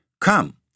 Come